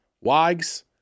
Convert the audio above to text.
Wags